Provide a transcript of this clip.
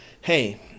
hey